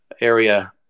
area